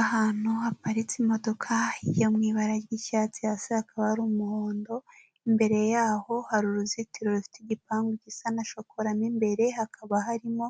Ahantu haparitse imodoka yo mu ibara ry'icyatsi hasi hakaba hari umuhondo, imbere yaho hari uruzitiro rufite igipangu gisa na shokora, mo imbere hakaba harimo